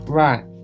right